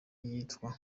yitwa